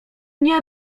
nie